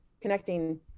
connecting